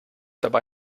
dabei